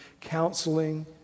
counseling